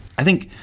i think,